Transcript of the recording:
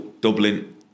Dublin